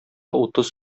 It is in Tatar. утыз